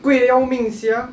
贵得要命 sia